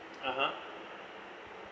(uh huh)